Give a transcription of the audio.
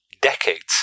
decades